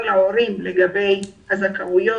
להורים לגבי הזכאויות,